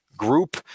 group